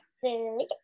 food